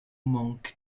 manque